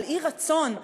על אי-רצון,